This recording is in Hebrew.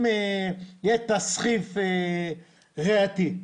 אם יהיה תסחיף ריאתי,